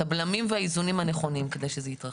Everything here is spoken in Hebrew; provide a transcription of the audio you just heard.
את הבלמים והאיזונים הנכונים כדי שזה יתרחש.